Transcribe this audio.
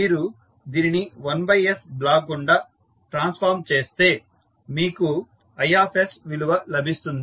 మీరు దీనిని 1s block గుండా ట్రాన్సఫార్మ్ చేస్తే మీకు I విలువ లభిస్తుంది